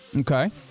Okay